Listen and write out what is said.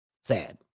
Sad